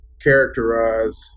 characterize